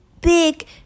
big